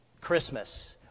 Christmas